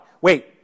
Wait